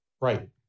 right